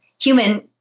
human